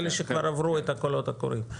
אלה שכבר עברו את הקולות הקוראים.